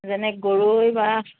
যেনে গৰৈ বা